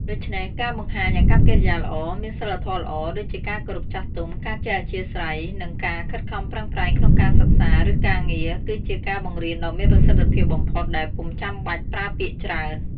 ដូច្នេះ ការបង្ហាញអាកប្បកិរិយាល្អ មានសីលធម៌ល្អ ដូចជាការគោរពចាស់ទុំ ការចេះអធ្យាស្រ័យ និងការខិតខំប្រឹងប្រែង ក្នុងការសិក្សា ឬការងារ គឺជាការបង្រៀនដ៏មានប្រសិទ្ធភាពបំផុតដែលពុំចាំបាច់ប្រើពាក្យច្រើន។